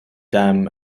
dam